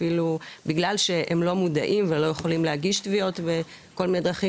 בגלל שהם לא מודעים ולא יכולים להגיש תביעות בכל מיני דרכים,